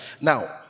Now